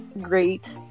great